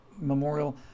memorial